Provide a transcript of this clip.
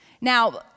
Now